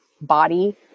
body